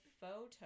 photo